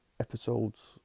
episodes